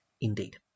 indeed